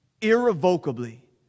irrevocably